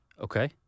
Okay